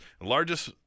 Largest